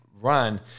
run